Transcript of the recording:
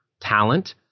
Talent